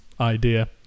idea